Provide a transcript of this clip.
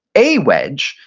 a wedge,